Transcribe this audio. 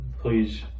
Please